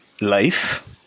life